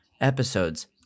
episodes